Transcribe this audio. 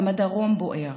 גם הדרום בוער.